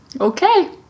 Okay